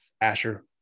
Asher